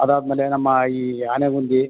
ಅದಾದ ಮೇಲೆ ನಮ್ಮ ಈ ಆನೆಗುಂದಿ